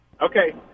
Okay